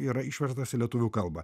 yra išverstas į lietuvių kalbą